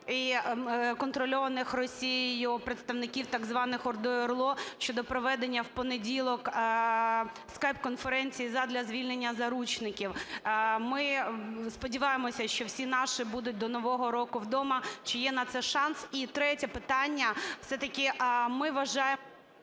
і контрольованих Росією представників так званих ОРДО і ОРЛО щодо проведення у понеділок скайп-конференції задля звільнення заручників. Ми сподіваємося, що всі наші будуть до нового року вдома. Чи є на це шанс? І третє питання. Все-таки ми вважаємо…